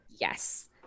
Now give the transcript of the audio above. Yes